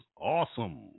awesome